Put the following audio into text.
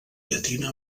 llatina